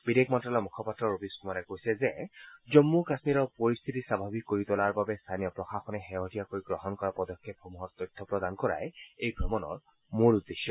বিদেশ মন্ত্ৰালয়ৰ মুখপাত্ৰ ৰৱিশ কুমাৰে কৈছে যে জম্মু কাশ্মীৰৰ পৰিস্থিত স্বাভাৱিক কৰি তোলাৰ বাবে স্থানীয় প্ৰশাসনে শেহতীয়াকৈ গ্ৰহণ কৰা পদক্ষেপসমূহৰ তথ্য প্ৰদান কৰাই এই ভ্ৰমণৰ মূল উদ্দেশ্য